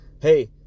hey